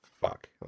Fuck